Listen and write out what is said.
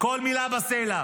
כל מילה בסלע.